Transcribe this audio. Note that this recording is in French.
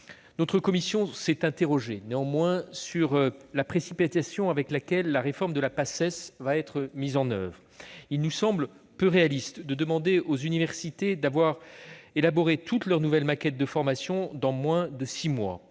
Notre commission s'est interrogée sur la précipitation avec laquelle la réforme de la Paces va être mise en oeuvre. Il nous semble peu réaliste de demander aux universités d'avoir élaboré toutes leurs nouvelles maquettes de formations dans moins de six mois.